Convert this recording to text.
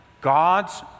God's